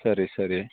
ಸರಿ ಸರಿ